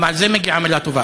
וגם על זה מגיעה מילה טובה.